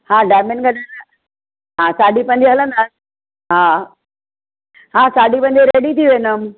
हा diamond garden हा साढी पंज हलंदासीं हा साढी पंज रेडी थी वेंदमि